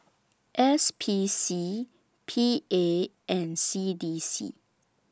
S P C P A and C D C